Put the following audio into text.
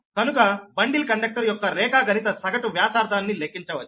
కనుక bundled conductor యొక్క రేఖాగణిత సగటు వ్యాసార్థాన్ని లెక్కించవచ్చు